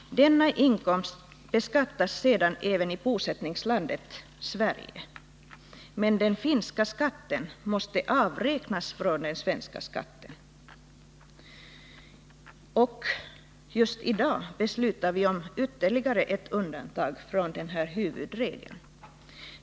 Denna inkomst beskattas sedan också i bosättningslandet Sverige, men den finska skatten måste avräknas från den svenska. Just i dag beslutar vi om ytterligare ett undantag från denna huvudregel.